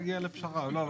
דוגמה.